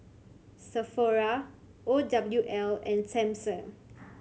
Sephora O W L and Samsung